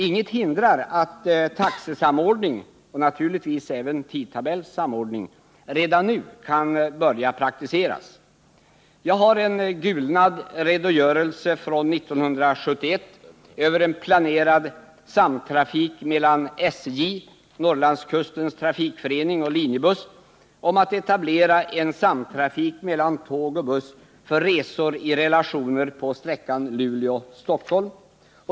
Inget hindrar att taxesamordning och naturligtvis även tidtabellsamordning redan nu kan börja praktiseras. Jag har en gulnad redogörelse från 1971 över en planerad samtrafik mellan SJ, Norrlandskustens trafikförening och Linjebuss om att etablera en samtrafik mellan tåg och buss för resor i relationer på sträckan Luleå-Stockholm.